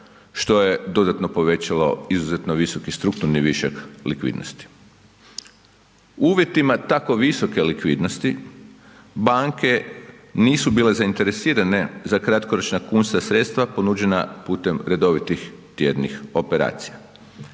što je dodatno povećalo izuzetno visoki strukturni višak likvidnosti. U uvjetima tako visoke likvidnosti banke nisu bile zainteresirane za kratkoročna kunska sredstva ponuđena putem redovitih tjednih operacija.